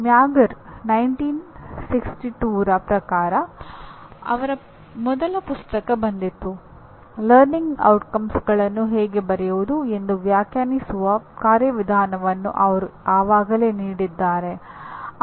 ಮ್ಯಾಗರ್ 1962ರ ಪ್ರಕಾರ ಅವರ ಮೊದಲ ಪುಸ್ತಕ ಬಂದಿತು ಕಲಿಕೆಯ ಪರಿಣಾಮಗಳನ್ನು ಹೇಗೆ ಬರೆಯುವುದು ಎಂದು ವ್ಯಾಖ್ಯಾನಿಸುವ ಕಾರ್ಯವಿಧಾನವನ್ನು ಅವರು ಆವಾಗಲೇ ನೀಡಿದ್ದಾರೆ